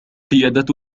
قيادة